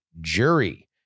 jury